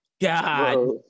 God